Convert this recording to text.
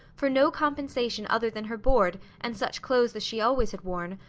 for no compensation other than her board and such clothes as she always had worn,